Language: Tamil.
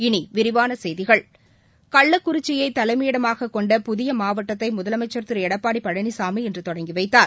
இனிவிரிவானசெய்கிகள் கள்ளக்குறிச்சியைதலைமயிடமாககொண்ட புதியமாவட்டத்தைமுதலமைச்சர் திருஎடப்பாடிபழனிசாமி இன்றுதொடங்கிவைத்தார்